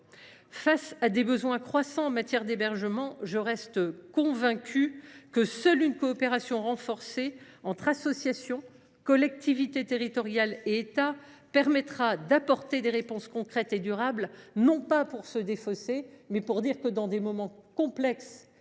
Face à des besoins croissants en matière d’hébergement, je reste convaincue que seule une coopération renforcée entre associations, collectivités territoriales et État permettra d’apporter des réponses concrètes et durables. Je le dis, non pas pour me défausser, mais parce que, dans une période